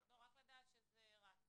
לא, רק לדעת שזה רץ.